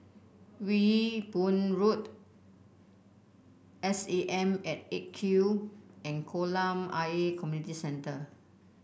Ewe Boon Road S A M at Eight Q and Kolam Ayer Community Club